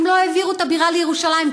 הם לא העבירו את הבירה לירושלים,